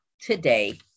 today